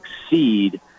succeed